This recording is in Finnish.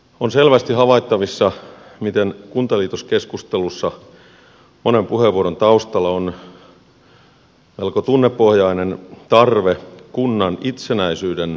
on selvästi havaittavissa miten kuntaliitoskeskustelussa monen puheenvuoron taustalla on melko tunnepohjainen tarve kunnan itsenäisyyden puolustamiseen